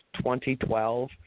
2012